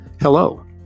Hello